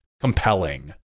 compelling